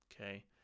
Okay